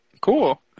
Cool